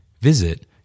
Visit